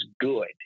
good